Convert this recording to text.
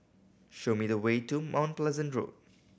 show me the way to Mount Pleasant Road